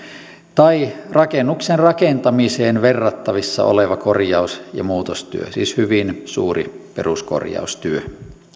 tai rakennuksen rakentamiseen verrattavissa oleva korjaus ja muutostyö siis hyvin suuri peruskorjaustyö